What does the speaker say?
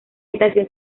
estación